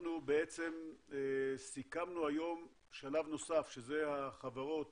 אנחנו סיכמנו היום שלב נוסף, שזה החברות